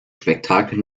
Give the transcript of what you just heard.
spektakel